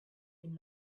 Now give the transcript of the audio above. been